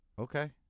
Okay